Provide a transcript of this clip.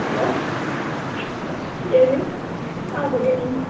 hello ಹೇಳಿ ಹಾಂ good evening